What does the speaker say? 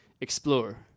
Explore